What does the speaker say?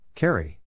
Carry